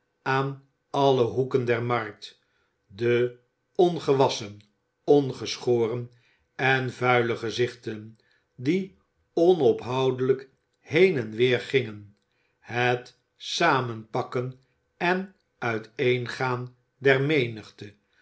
aan alle hoeken der markt de ongewasschen ongeschoren en vuile gezichten die onophoudelijk heen en weer gingen het samenpakken en uiteengaan der menigte